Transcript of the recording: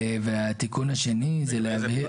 והוא נמצא